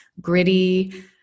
gritty